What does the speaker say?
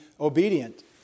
obedient